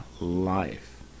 Life